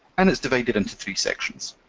and it's divided into three sections.